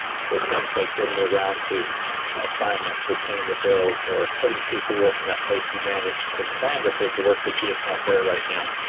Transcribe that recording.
so things like getting around to assignments or paying the bills or putting paperwork in that place you managed to plan the paperwork but, gee, it's not there right now.